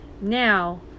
Now